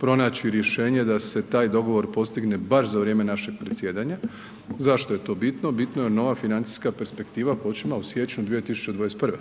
pronaći rješenje da se taj dogovor postigne baš za vrijeme našeg predsjedanja. Zašto je to bitno? Bitno je jer nova financijska perspektiva počima u siječnju 2021.,